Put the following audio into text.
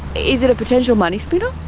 is it a potential money spinner?